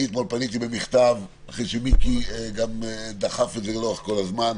אני אתמול פניתי במכתב אחרי שמיקי דחף את זה לאורך כל הזמן.